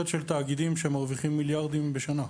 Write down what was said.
של תאגידים שמרוויחים מיליארדים בשנה.